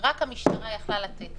שרק המשטרה יכלה לתת אותו